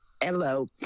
Hello